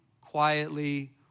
quietly